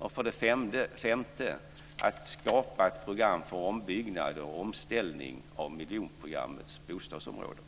Nummer 5 är att skapa ett program för ombyggnad och omställning av miljonprogrammets bostadsområden.